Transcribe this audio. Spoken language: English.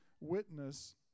witness